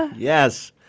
yes.